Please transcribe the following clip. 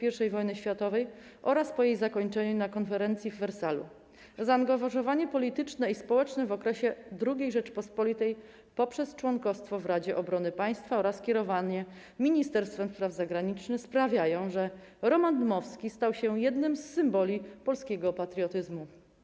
I wojny światowej oraz po jej zakończeniu na konferencji w Wersalu, zaangażowanie polityczne i społeczne w okresie II Rzeczypospolitej poprzez członkostwo w Radzie Obrony Państwa oraz kierowanie Ministerstwem Spraw Zagranicznych sprawiają, że Roman Dmowski stał się jednym z symboli polskiego patriotyzmu.